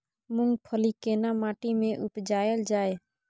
मूंगफली केना माटी में उपजायल जाय?